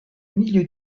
milieu